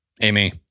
Amy